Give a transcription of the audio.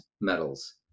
metals